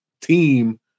team